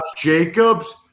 Jacobs